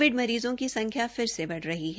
Covid मरीजों की संख्या फिर से बढ़ रही है